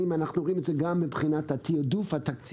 האם אנחנו רואים את זה גם מבחינת התעדוף התקציבי?